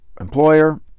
employer